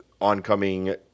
oncoming